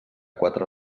quatre